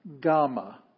Gamma